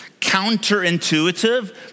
counterintuitive